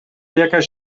jakaś